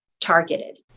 targeted